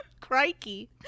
Crikey